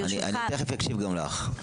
אני תיכף אקשיב גם לך,